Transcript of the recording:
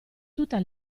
tutta